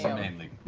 mainly